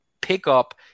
pickup